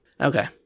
Okay